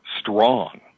strong